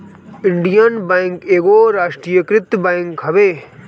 Indian Bank एगो राष्ट्रीयकृत bank हवे